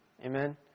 Amen